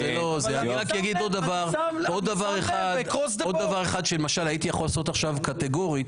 רק אומר עוד דבר אחד שיכולתי לעשות עכשיו קטגורית.